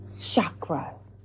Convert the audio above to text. chakras